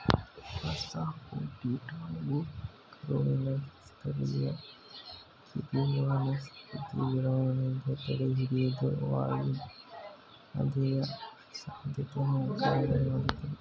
ಅಸಾಫೋಟಿಡಾವು ಕರುಳಿನ ಸ್ಥಳೀಯ ಕಿರುವನಸ್ಪತಿ ಬೆಳವಣಿಗೆ ತಡೆಹಿಡಿದು ವಾಯುಬಾಧೆಯ ಸಾಧ್ಯತೆನ ಕಡಿಮೆ ಮಾಡ್ತದೆ